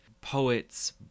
poets